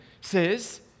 says